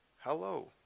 hello